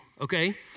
okay